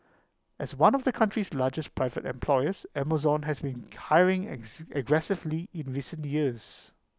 as one of the country's largest private employers Amazon has been hiring aggressively in recent years